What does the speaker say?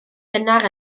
gynnar